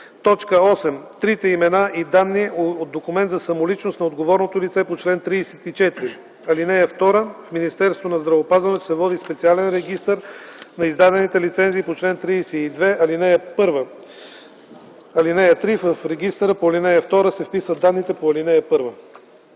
8. трите имена и данни от документ за самоличност на отговорното лице по чл. 34. (2) В Министерството на здравеопазването се води специален регистър на издадените лицензии по чл. 32, ал. 1. (3) В регистъра по ал. 2 се вписват данните по ал. 1.”